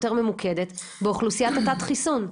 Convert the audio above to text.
יותר ממוקדת באוכלוסיית התת חיסון?